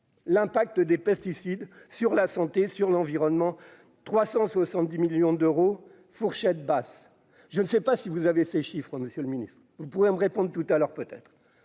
L'impact des pesticides sur la santé, sur l'environnement 370 millions d'euros, fourchette basse, je ne sais pas si vous avez ces chiffres, Monsieur le Ministre, vous pouvez me répondre tout à l'heure peut-être